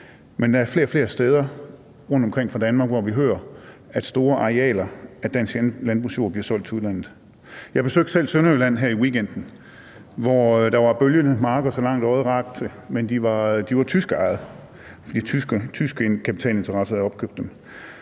men der er flere og flere steder rundtomkring i Danmark, hvor vi hører at store arealer af dansk landbrugsjord bliver solgt til udlandet. Jeg besøgte selv Sønderjylland her i weekenden, hvor der var bølgende marker, så langt øjet rakte – men de var tyskejede, fordi tyske kapitalinteresser havde opkøbt dem.